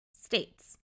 states